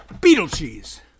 beetle-cheese